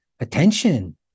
Attention